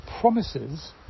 promises